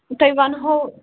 تۅہہِ وَنہو